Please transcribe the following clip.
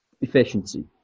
efficiency